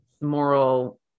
moral